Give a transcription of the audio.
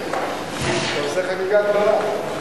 אתה עושה חגיגה גדולה.